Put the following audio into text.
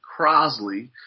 Crosley